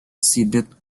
seeded